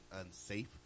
unsafe